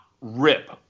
rip